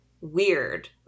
weird